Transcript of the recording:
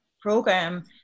program